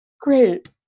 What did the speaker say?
Great